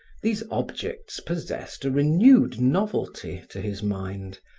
these objects possessed a renewed novelty to his mind,